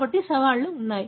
కాబట్టి సవాళ్లు ఉన్నాయి